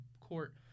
court